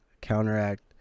counteract